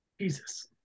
Jesus